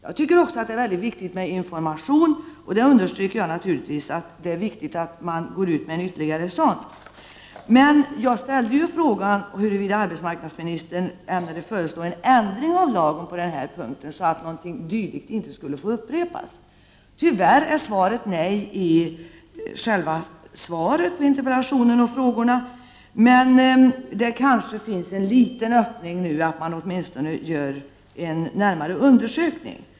Det är också mycket viktigt med information, och jag understryker att det naturligtvis är viktigt att gå ut med en sådan. Jag ställde frågan huruvida arbetsmarknadsministern ämnade föreslå en ändring av lagen på den här punkten så att något liknande inte skulle få upprepas. Tyvärr blev svaret på den frågan nej i det svar som gavs på interpellationen och frågorna. Men det kanske finns en liten chans att man nu åtminstone gör en närmare undersökning.